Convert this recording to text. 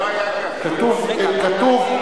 כפתור זהב.